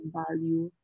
value